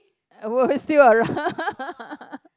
will we still around